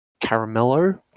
Caramello